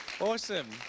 Awesome